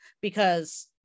because-